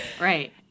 right